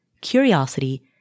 curiosity